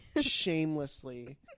shamelessly